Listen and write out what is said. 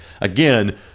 again